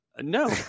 No